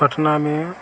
पटना में